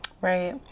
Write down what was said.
Right